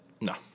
No